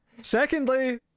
secondly